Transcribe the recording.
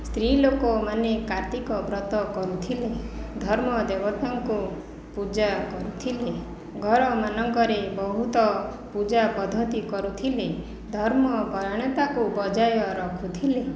ସ୍ତ୍ରୀ ଲୋକ ମାନେ କାର୍ତ୍ତିକ ବ୍ରତ କରୁଥିଲେ ଧର୍ମ ଦେବତାଙ୍କୁ ପୂଜା କରୁଥିଲେ ଘର ମାନଙ୍କରେ ବହୁତ ପୂଜା ପଦ୍ଧତି କରୁଥିଲେ ଧର୍ମ ପରାୟଣତାକୁ ବଜାୟ ରଖୁଥିଲେ